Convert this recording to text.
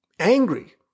Angry